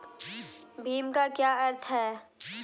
भीम का क्या अर्थ है?